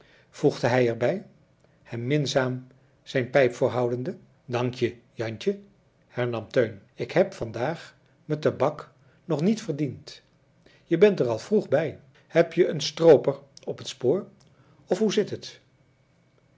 voegde hij er bij hem minzaam zijn pijp voorhoudende dankje jantje hernam teun k heb van daag me tabak nog niet verdiend je bent er al vroeg bij heb je een strooper op t spoor of hoe zit het